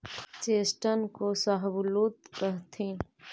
chestnut को शाहबलूत कहथीन